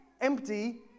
empty